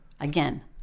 again